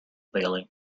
bailey